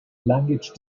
language